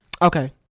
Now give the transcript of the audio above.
okay